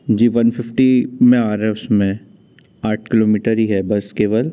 जी one fifty में आ रहा है उसमें आठ किलोमीटर ही है बस केवल